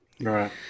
Right